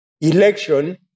election